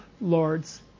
Lord's